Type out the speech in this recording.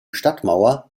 stadtmauer